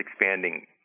expanding